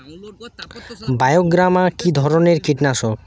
বায়োগ্রামা কিধরনের কীটনাশক?